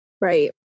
Right